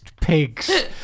pigs